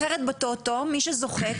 אחרת בטוטו מי שזוכה,